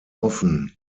offen